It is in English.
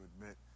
admit